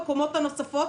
בקומות הנוספות.